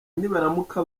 nibaramuka